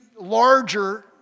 larger